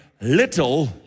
little